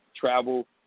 travel